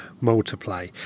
multiply